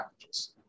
packages